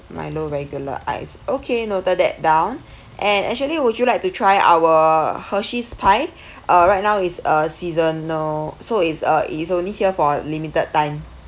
milo regular ice okay noted that down and actually would you like to try our hershey's pie uh right now is a seasonal so it's uh is only here for a limited time